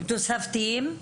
תוספתיים?